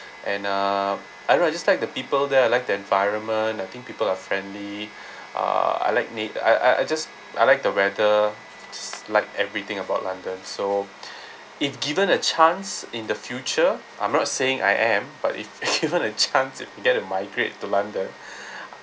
and uh I don't know I just like the people there I like the environment I think people are friendly uh I like ne~ I I I just I like the weather just like everything about london so if given a chance in the future I'm not saying I am but if given a chance if get a migrate to london